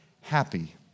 happy